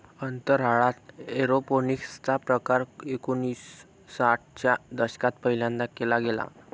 अंतराळात एरोपोनिक्स चा प्रकार एकोणिसाठ च्या दशकात पहिल्यांदा केला गेला